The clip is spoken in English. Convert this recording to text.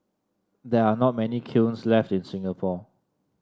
there are not many kilns left in Singapore